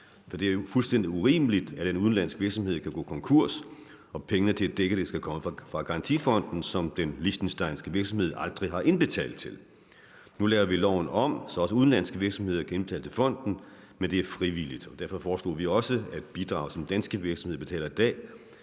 for det er jo fuldstændig urimeligt, at en udenlandsk virksomhed kan gå konkurs, og at pengene til at dække det skal komme fra garantifonden, som den liechtensteinske virksomhed aldrig har indbetalt til. Nu laver vi loven om, så også udenlandske virksomheder kan indbetale til fonden, men det er frivilligt. Derfor foreslog vi også, at de bidrag, som danske virksomheder betaler i dag,